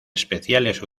especiales